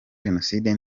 jenoside